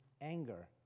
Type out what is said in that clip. anger